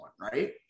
right